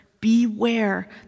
Beware